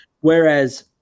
Whereas